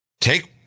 Take